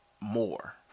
more